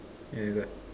yeah got